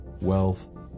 wealth